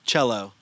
Cello